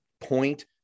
point